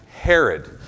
Herod